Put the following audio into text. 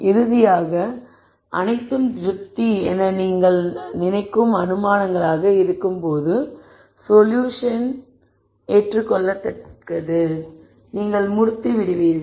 இறுதியாக அனைத்தும் திருப்தி என்று நீங்கள் நினைக்கும் அனுமானங்களாக இருக்கும்போது சொல்யூஷன் ஏற்றுக்கொள்ளத்தக்கது நீங்கள் முடித்து விடுவீர்கள்